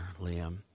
Liam